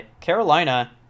carolina